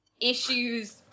issues